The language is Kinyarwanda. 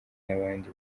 n’abandi